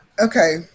okay